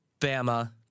Bama